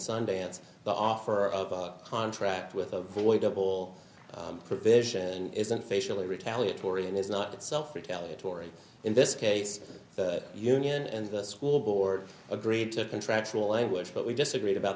sundance the offer of a contract with a void of all provision isn't facially retaliatory and is not itself retaliatory in this case union and the school board agreed to a contractual language but we disagreed about